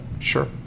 Sure